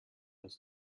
uns